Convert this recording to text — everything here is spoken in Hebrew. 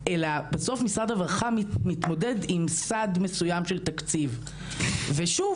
בסוף משרד הרווחה מתמודד עם סד מסוים של תקציב ושוב,